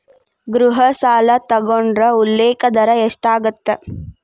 ಗೃಹ ಸಾಲ ತೊಗೊಂಡ್ರ ಉಲ್ಲೇಖ ದರ ಎಷ್ಟಾಗತ್ತ